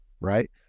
right